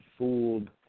Fooled